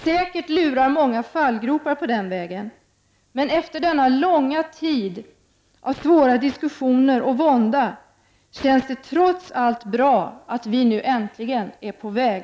Säkert lurar många fallgropar på den vägen, men efter denna långa tid av svåra diskussioner och vånda känns det trots allt bra att vi nu äntligen är på väg.